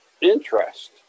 interest